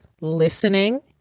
listening